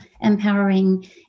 empowering